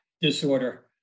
disorder